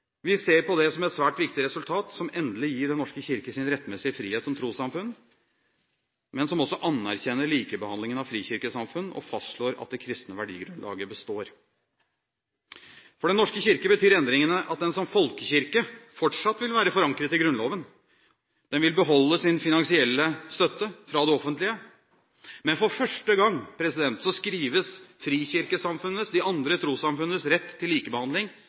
Vi ser på det som et svært viktig resultat som endelig gir Den norske kirke sin rettmessige frihet som trossamfunn, men som også anerkjenner likebehandlingen av frikirkesamfunn og fastslår at det kristne verdigrunnlaget består. For Den norske kirke betyr endringene at den som folkekirke fortsatt vil være forankret i Grunnloven. Den vil beholde sin finansielle støtte fra det offentlige. Men for første gang skrives frikirkesamfunnenes – de andre trossamfunnenes – rett til likebehandling